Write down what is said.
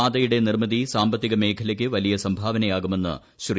പാതയുടെ നിർമ്മിതി സാമ്പത്തിക മേഖലയ്ക്ക് വലിയ സംഭാവനയാകുമെന്ന് ശ്രീ